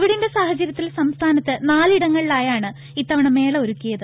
കോവിഡിന്റെ സാഹചര്യത്തിൽ സംസ്ഥാനത്ത് നാലിടങ്ങളി ലായാണ് ഇത്തവണ മേള ഒരുക്കിയത്